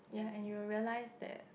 ya and you will realise that